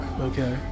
Okay